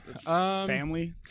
Family